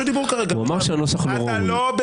פעם אחת מראה לפני שאתה אומר "בריונות"?